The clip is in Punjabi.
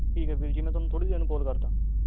ਠੀਕ ਹੈ ਵੀਰ ਜੀ ਮੈਂ ਤੁਹਾਨੂੰ ਥੋੜ੍ਹੀ ਦੇਰ ਨੂੰ ਕੌਲ ਕਰਦਾ ਹਾਂ